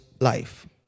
life